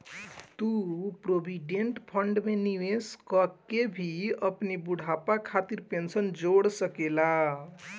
तू provident fund में निवेश कअ के भी अपनी बुढ़ापा खातिर पेंशन जोड़ सकेला